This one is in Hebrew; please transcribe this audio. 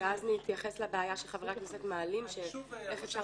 אז נתייחס לבעיה שחברי הכנסת מעלים בשאלה איך אפשר